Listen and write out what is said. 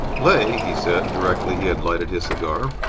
leigh, he said, directly he had lighted his cigar,